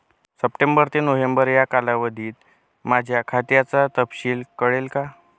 September ते November या कालावधीतील माझ्या खात्याचा तपशील कळेल का?